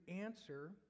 answer